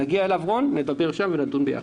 נגיע אליו, רון, נדבר שם ונדון ביחד.